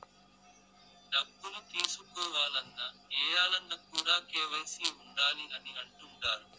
డబ్బులు తీసుకోవాలన్న, ఏయాలన్న కూడా కేవైసీ ఉండాలి అని అంటుంటారు